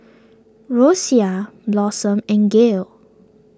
Rosia Blossom and Gale